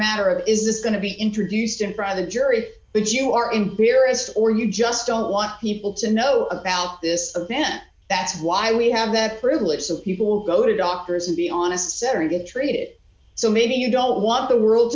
matter of is this going to be introduced in front of the jury that you are in here or you just don't want people to know about this then that's why we have that privilege so people will go to doctors and be honest sarah to treat it so maybe you don't want the world